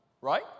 right